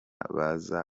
baza